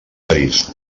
parís